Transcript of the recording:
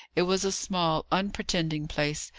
it was a small, unpretending place,